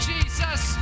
Jesus